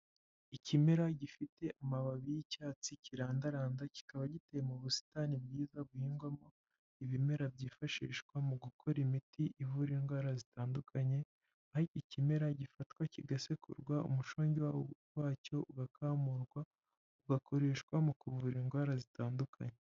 Ikimera gifite amababi y'icyatsi kirandaranda kikaba giteye mu busitani bwiza buhingwamo ibimera byifashishwa mu gukora imiti ivura indwara zitandukanye, ariko ikimera gifatwa kigasekurwa umushonge wacyo ugakamurwa ugakoreshwa mu kuvura indwara zitandukanye.